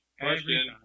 Question